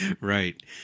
right